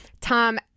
Tom